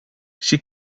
she